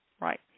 right